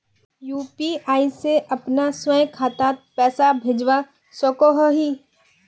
UPI से अपना स्वयं खातात पैसा भेजवा सकोहो ही?